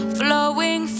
flowing